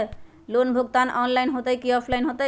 Loan भुगतान online होतई कि ऑफलाइन होतई?